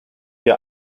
der